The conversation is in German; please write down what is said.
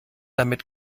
damit